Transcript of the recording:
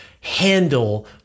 handle